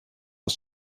aus